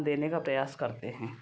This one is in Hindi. देने का प्रयास करते हैं